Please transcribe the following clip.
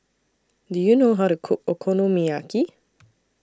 Do YOU know How to Cook Okonomiyaki